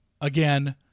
Again